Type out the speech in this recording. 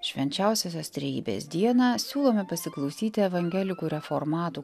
švenčiausiosios trejybės dieną siūlome pasiklausyti evangelikų reformatų